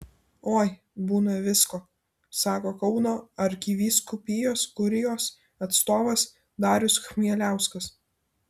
oi būna visko sako kauno arkivyskupijos kurijos atstovas darius chmieliauskas